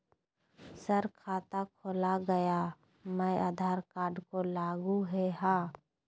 Sir खाता खोला गया मैं आधार कार्ड को लागू है हां?